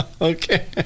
Okay